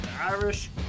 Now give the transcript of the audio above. Irish